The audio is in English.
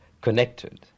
connected